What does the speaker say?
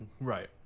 Right